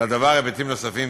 לדבר היבטים נוספים,